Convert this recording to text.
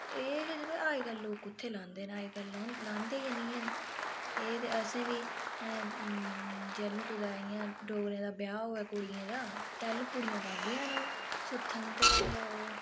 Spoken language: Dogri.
एह् किश बा अज्जकल लोक कुत्थै लांदे अज्जकल लांदे गै नी हैन एह् ते असें बी जैल्लू कुतै इ'यां डोगरें दा ब्याह् होऐ कुड़ियें दा तैल्लु कुड़ियां पांदियां न ओह् सुत्थन ते ओह्